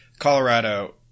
Colorado